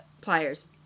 Pliers